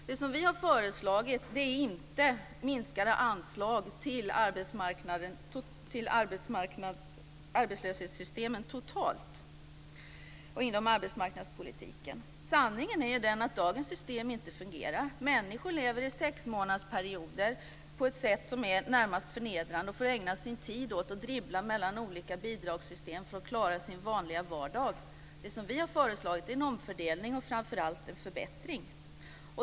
Det som vi har föreslagit är inte minskade anslag till arbetslöshetssystemen totalt och inom arbetsmarknadspolitiken. Sanningen är ju den att dagens system inte fungerar. Människor lever i sexmånadersperioder på ett sätt som är närmast förnedrande och får ägna sin tid åt att dribbla mellan olika bidragssystem för att klara sin vanliga vardag. Det som vi har föreslagit är en omfördelning och framför allt en förbättring.